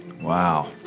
Wow